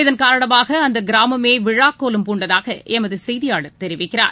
இதன் காரணமாகஅந்தகிராமமேவிழாக்கோலம் பூண்டதாகஎமதுசெய்தியாளர் தெரிவிக்கிறார்